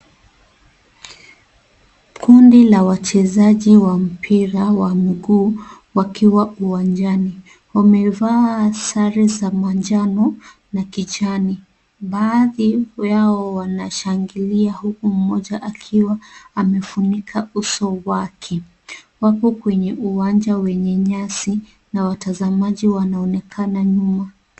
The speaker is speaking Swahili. Kundi la wachezaji wa mpira wa mguu, wakiwa uwanjani, wamevaa sare za manjano na kijani. Baadhi yao wanashangilia huku mmoja akiwa amefunika uso wake, huko kwenye uwanja wenye nyasi na watazamaji wanaonekana nyuma.